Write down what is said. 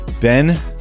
Ben